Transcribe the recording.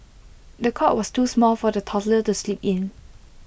the cot was too small for the toddler to sleep in